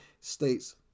states